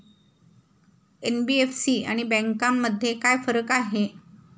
NBFC आणि बँकांमध्ये काय फरक आहे?